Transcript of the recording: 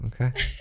Okay